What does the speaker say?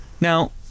now